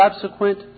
subsequent